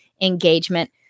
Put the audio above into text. engagement